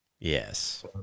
yes